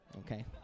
Okay